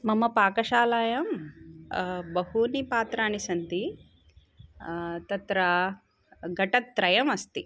मम पाकशालायां बहूनि पात्राणि सन्ति तत्र घटत्रयम् अस्ति